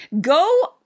go